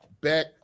back